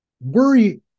Worry